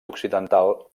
occidental